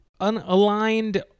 unaligned